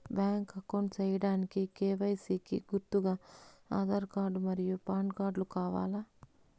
Bank account సేయడానికి KYC కి గుర్తుగా ఆధార్ కార్డ్ మరియు పాన్ కార్డ్ కావాలా?